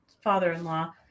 father-in-law